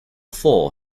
four